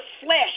flesh